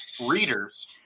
readers